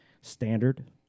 standard